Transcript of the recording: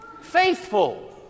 Faithful